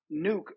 Nuke